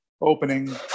opening